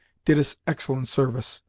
did us excellent service.